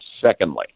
secondly